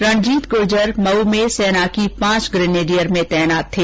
रणजीत गुर्जर मऊ में सेना की पांच ग्रेनेडियर में तैनात थे